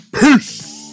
peace